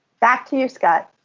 back to you scott.